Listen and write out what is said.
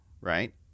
right